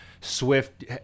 SWIFT